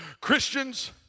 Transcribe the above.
Christians